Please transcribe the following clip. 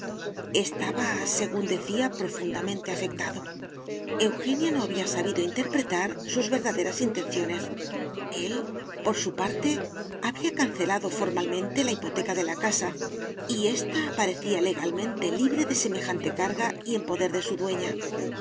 estaba según decía profundamente afectado eugenia no había sabido interpretar sus verdaderas intenciones él por su parte había cancelado formalmente la hipoteca de la casa y ésta aparecía legalmente libre de semejante carga y en poder de su dueña y